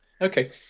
Okay